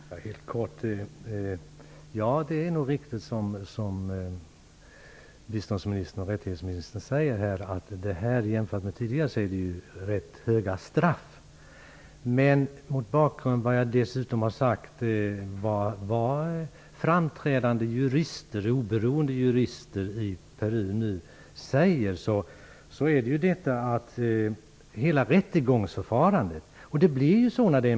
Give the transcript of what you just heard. Herr talman! Det är nog riktigt det som biståndsoch rättighetsministern säger. Jämfört med tidigare mål har rätt höga straff utmätts i detta mål. Men man måste också se detta mot bakgrund av att framträdande, oberoende jurister i Peru säger att hela rättegångsförfarandet är belagt med oegentligheter. Det blir ofta så vid en militärdomstol.